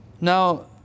Now